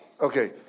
Okay